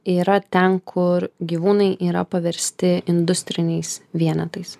yra ten kur gyvūnai yra paversti industriniais vienetais